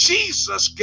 Jesus